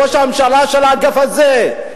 ראש הממשלה של האגף הזה,